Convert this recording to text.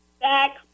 back